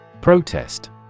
Protest